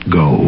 go